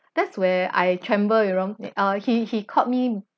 that's where I tremble he he called me